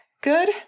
good